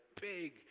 big